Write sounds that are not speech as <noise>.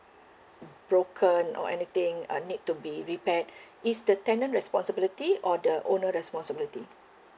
broken or anything uh need to be repaired <breath> it's the tenant responsibility or the owner responsibility